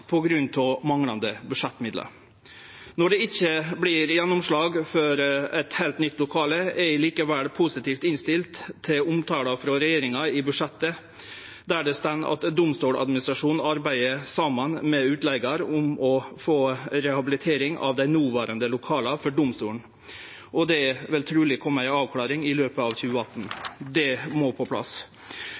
av manglande budsjettmidlar. Når det ikkje vert gjennomslag for eit heilt nytt lokale, er eg likevel positivt innstilt til omtala frå regjeringa i budsjettet, der det står: «Domstoladministrasjonen arbeider saman med noverande utleigar om rehabilitering av dei noverande lokala for domstolane. Det er venta ei avklaring av dette alternativet i løpet av 2018.» Dette må på plass.